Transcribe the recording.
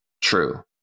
true